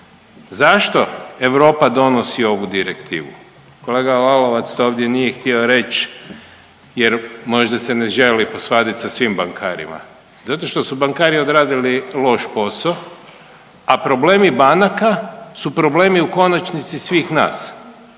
Zašto Europa donosi ovu direktivu? Kolega Lalovac to ovdje nije htio reći jer možda se ne želi posvaditi sa svim bankarima. Zato što su bankari odradili loš posao, a problemi banaka su problemi u konačnici svih nas